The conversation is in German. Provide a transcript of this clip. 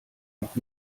noch